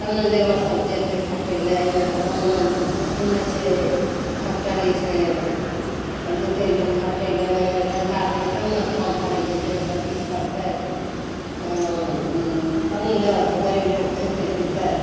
तबने लेबरसब जेतै खटैलए ओहि गाँवमे कतहु नहि छै फैक्टरी से जेतै लोक खटैलए रोजगार देबै तबने काम करैलए जेतै सबकिछु करतै तबने अथी गरीब लोक खेतै पितै